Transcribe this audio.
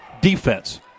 defense